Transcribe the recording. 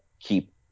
keep